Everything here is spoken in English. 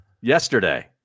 yesterday